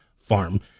farm